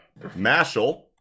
Mashal